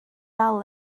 dal